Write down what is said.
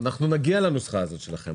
אנחנו נגיע לנוסחה הזאת שלכם.